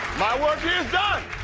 my work here's done.